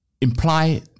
imply